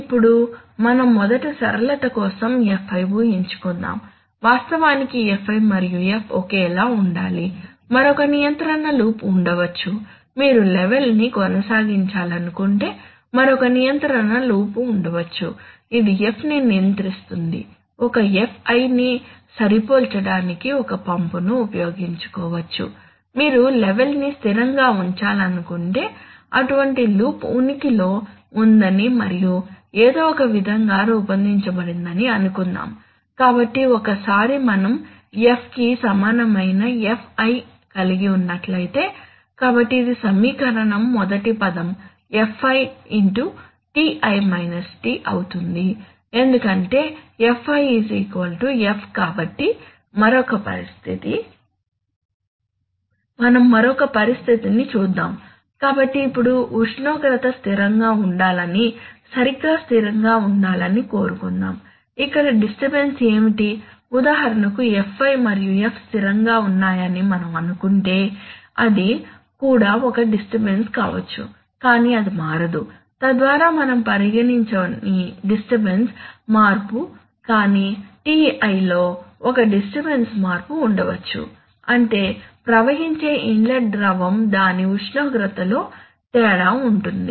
ఇప్పుడు మనం మొదట సరళత కోసం Fi ఊహించుకుందాం వాస్తవానికి Fi మరియు F ఒకేలాఉండాలి మరొక నియంత్రణ లూప్ ఉండవచ్చు మీరు లెవెల్ ని కొనసాగించాలనుకుంటే మరొక నియంత్రణ లూప్ ఉండవచ్చు ఇది F ని నియంత్రిస్తుంది ఒక Fi ని సరిపోల్చడానికి ఒక పంపును ఉపయోగించుకోవచ్చు మీరు లెవెల్ ని స్థిరంగా ఉంచాలనుకుంటే అటువంటి లూప్ ఉనికిలో ఉందని మరియు ఏదో ఒకవిధంగా రూపొందించబడిందని అనుకుందాం కాబట్టి ఒకసారి మనం F కి సమానమైన Fi కలిగి ఉన్నట్లయితే కాబట్టి ఇది సమీకరణం మొదటి పదం Fi అవుతుంది ఎందుకంటే Fi F కాబట్టి మరొక పరిస్థితి మనం మరొక పరిస్థితి ని చూద్దాం కాబట్టి ఇప్పుడు ఉష్ణోగ్రత స్థిరంగా ఉండాలని సరిగ్గా స్థిరంగా ఉండాలని కోరుకుందాం ఇక్కడ డిస్టర్బన్స్ ఏమిటి ఉదాహరణకు Fi మరియు F స్థిరంగా ఉన్నాయని మనం అనుకుంటే అది కూడా ఒక డిస్టర్బన్స్ కావచ్చు కానీ అది మారదు తద్వారా మనం పరిగణించని డిస్టర్బన్స్ మార్పు కాని Tiలో ఒక డిస్టర్బన్స్ మార్పు ఉండవచ్చు అంటే ప్రవహించే ఇన్లెట్ ద్రవం దాని ఉష్ణోగ్రతలో తేడా ఉంటుంది